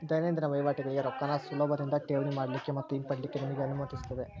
ದೈನಂದಿನ ವಹಿವಾಟಗೋಳಿಗೆ ರೊಕ್ಕಾನ ಸುಲಭದಿಂದಾ ಠೇವಣಿ ಮಾಡಲಿಕ್ಕೆ ಮತ್ತ ಹಿಂಪಡಿಲಿಕ್ಕೆ ನಿಮಗೆ ಅನುಮತಿಸುತ್ತದೆ